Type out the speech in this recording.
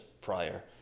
prior